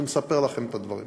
אני מספר לכם את הדברים.